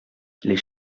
les